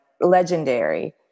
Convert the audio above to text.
legendary